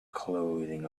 clothing